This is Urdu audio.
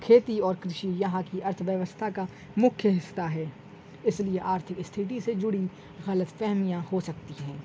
کھیتی اور کرشی یہاں کی ارتھ ویوستھا کا مکھیہ حصہ ہے اس لیے آرتھک استھتی سے جڑی غلط فہمیاں ہو سکتی ہیں